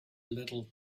little